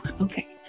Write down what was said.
okay